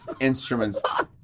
Instruments